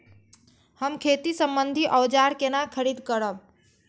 हम खेती सम्बन्धी औजार केना खरीद करब?